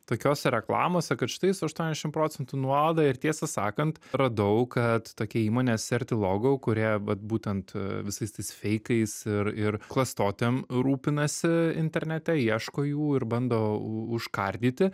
tokiose reklamose kad štai su aštuoniasdešimt procentų nuolaida ir tiesą sakant radau kad tokia įmonė serti logau kurie vat būtent visais tais feikais ir ir klastotėm rūpinasi internete ieško jų ir bando užkardyti